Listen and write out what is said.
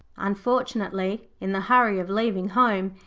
unfortunately, in the hurry of leaving home,